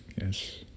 yes